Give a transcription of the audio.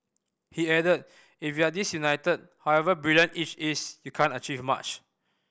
he added If you're disunited however brilliant each is you can't achieve much